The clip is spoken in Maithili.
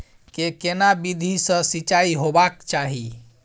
के केना विधी सॅ सिंचाई होबाक चाही?